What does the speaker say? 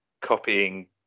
copying